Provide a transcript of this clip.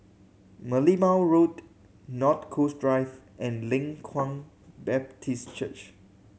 Merlimau Road North Coast Drive and Leng Kwang Baptist Church